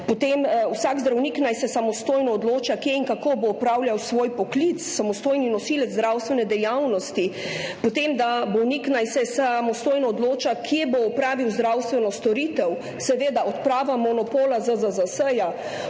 vsak zdravnik naj se samostojno odloča, kje in kako bo opravljal svoj poklic, samostojni nosilec zdravstvene dejavnosti, bolnik naj se samostojno odloča, kje bo opravil zdravstveno storitev, seveda odprava monopola ZZZS,